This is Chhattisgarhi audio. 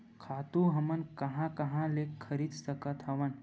खातु हमन कहां कहा ले खरीद सकत हवन?